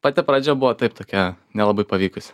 pati pradžia buvo taip tokia nelabai pavykusi